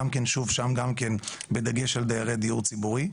גם כן שוב בדגש על דיירי דיור ציבורי.